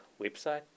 website